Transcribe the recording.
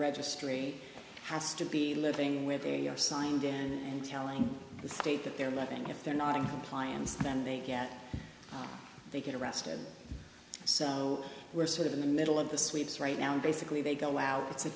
registry has to be living where they are signed and telling the state that they're living if they're not in compliance then they get they get arrested so we're sort of in the middle of the sweeps right now and basically they go out it